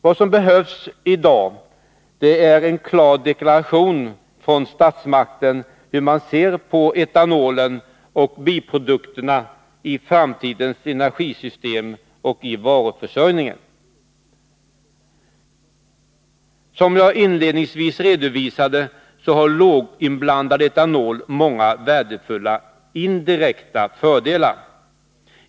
Vad som behövs i dag är en klar deklaration från statsmakten hur man ser Som jag inledningsvis redovisade har låginblandning av etanol många värdefulla indirekta fördelar.